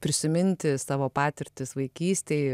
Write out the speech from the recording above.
prisiminti savo patirtis vaikystėj